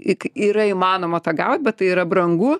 ik yra įmanoma tą gaut bet tai yra brangu